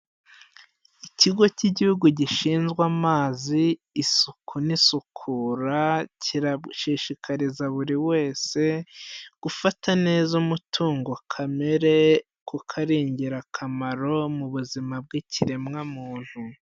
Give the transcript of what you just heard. Ikigo cy'Igihugu gishinzwe Amazi Isuku n'Isukura, kirashishikariza buri wese gufata neza umutungo kamere kuko ari ingirakamaro mu buzima bw'ikiremwamuntu.